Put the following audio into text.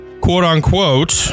quote-unquote